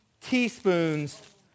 teaspoons